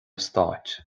stáit